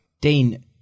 Dean